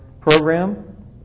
program